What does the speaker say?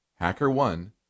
HackerOne